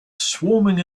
swarming